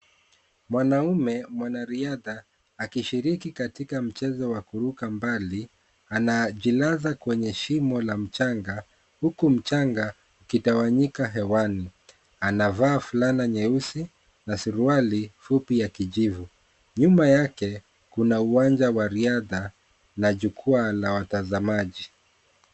Mwanamme mwanariadha akishiriki katika mchezo wa kuruka mbali anajilaza kwenye shimo la mchanga huku mchanga ikigawanyika hewani. Anavaa fulana nyeusi na suruali fupi ya kijivu. Nyuma yake kuna uwanja wa riadha na jukwaa la watazamaji.